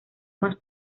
más